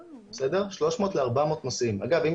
אגב,